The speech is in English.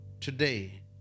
Today